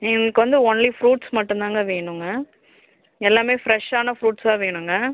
எங்களுக்கு வந்து only fruits மட்டும்தாங்க வேணுங்க எல்லாமே ஃப்ரெஷ்ஷான ஃப்ரூட்ஸா வேணுங்க